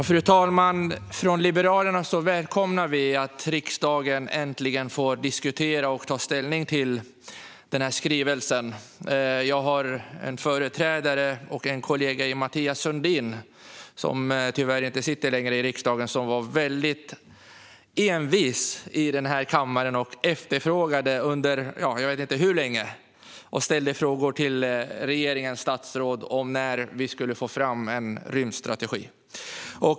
Fru talman! Från Liberalernas sida välkomnar vi att riksdagen äntligen får diskutera och ta ställning till denna skrivelse. Min företrädare och kollega Mathias Sundin, som tyvärr inte sitter i riksdagen längre, var väldigt envis här i kammaren och ställde under jag vet inte hur lång tid frågor till regeringens statsråd om när vi skulle få fram en rymdstrategi.